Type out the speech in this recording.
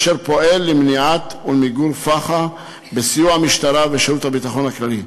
אשר פועל למניעת ולמיגור פח"ע בסיוע המשטרה ושירות הביטחון הכללי.